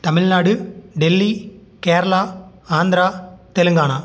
Tamil Nadu Delhi Kerala Andhra Telangana